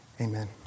Amen